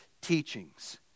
teachings